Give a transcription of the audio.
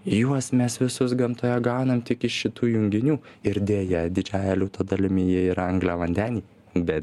juos mes visus gamtoje gaunam tik iš šitų junginių ir deja didžiąja liūto dalimi jie yra angliavandeniai bet